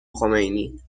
خمینی